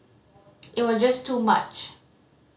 it was just too much